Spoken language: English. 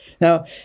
Now